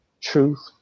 truth